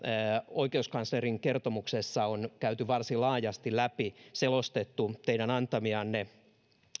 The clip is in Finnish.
oikeuskanslerin kertomuksessa on käyty varsin laajasti läpi selostettu teidän antamianne